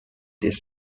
this